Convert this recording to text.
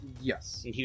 Yes